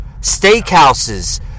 steakhouses